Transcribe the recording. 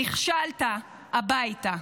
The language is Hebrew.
נכשלת, הביתה.